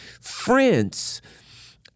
France